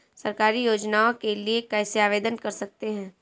सरकारी योजनाओं के लिए कैसे आवेदन कर सकते हैं?